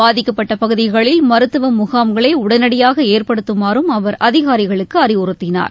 பாதிக்கப்பட்ட பகுதிகளில் மருத்துவ முகாம்களை உடனடியாக ஏற்படுத்துமாறும் அவர் அதிகாரிகளுக்கு அறிவுறுத்தினார்